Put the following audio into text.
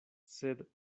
sed